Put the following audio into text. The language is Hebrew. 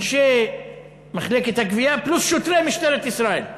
אנשי מחלקת הגבייה פלוס שוטרי משטרת ישראל?